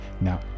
Now